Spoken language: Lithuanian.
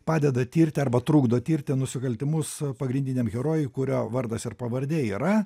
padeda tirti arba trukdo tirti nusikaltimus pagrindiniam herojui kurio vardas ir pavardė yra